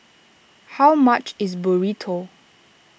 how much is Burrito